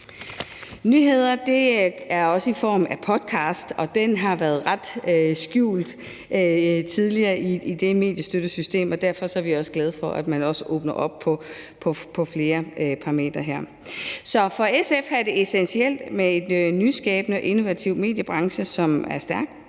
Nyheder kommer også i form af podcast, og den har været ret skjult tidligere i det mediestøttesystem, og derfor er vi også glade for, at man også åbner op på flere parametre her. Så for SF er det essentielt med en nyskabende og innovativ mediebranche, som er stærk